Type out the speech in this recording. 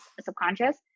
subconscious